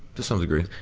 to some degree.